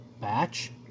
batch